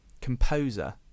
composer